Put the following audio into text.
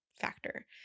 factor